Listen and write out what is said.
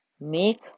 make